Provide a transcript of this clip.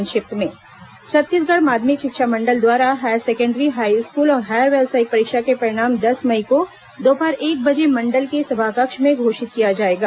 संक्षिप्त समाचार छत्तीसगढ़ माध्यमिक शिक्षा मंडल द्वारा हायर सेकेण्डरी हाईस्कूल और हायर व्यावसायिक परीक्षा के परिणाम दस मई को दोपहर एक बजे मंडल के सभाकक्ष में घोषित किया जाएगा